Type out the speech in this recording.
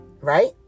right